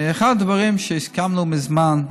הדברים שהסכמנו מזמן,